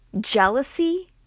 Jealousy